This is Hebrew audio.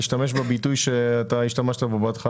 להשתמש בביטוי שאתה השתמשת בו קודם לכן.